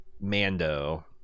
Mando